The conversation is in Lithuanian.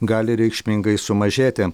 gali reikšmingai sumažėti